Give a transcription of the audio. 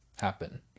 happen